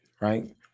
right